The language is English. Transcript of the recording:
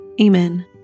Amen